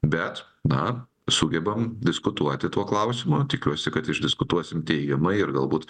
bet na sugebam diskutuoti tuo klausimu tikiuosi kad išdiskutuosim teigiamai ir galbūt